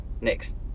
Next